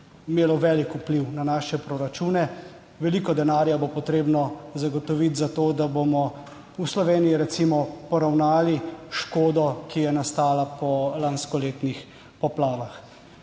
imelo velik vpliv na naše proračune. Veliko denarja bo potrebno zagotoviti za to, da bomo v Sloveniji recimo poravnali škodo, ki je nastala po lanskoletnih poplavah.